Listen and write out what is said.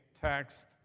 text